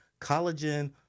collagen